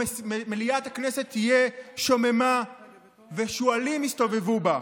מליאת הכנסת תהיה שוממה ושועלים יסתובבו בה.